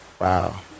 Wow